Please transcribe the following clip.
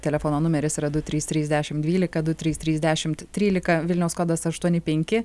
telefono numeris yra du trys trys dešim dvylika du trys trys dešimt trylika vilniaus kodas aštuoni penki